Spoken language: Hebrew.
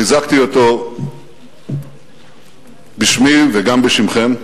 חיזקתי אותו בשמי, וגם בשמכם,